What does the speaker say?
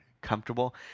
comfortable